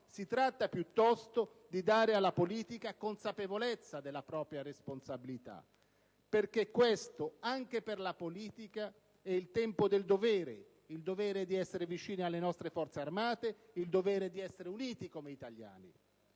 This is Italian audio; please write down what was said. Si tratta, piuttosto, di dare alla politica consapevolezza della propria responsabilità, perché questo, anche per la politica, è il tempo del dovere, il dovere di essere vicini alle nostre Forze armate e di essere uniti come italiani,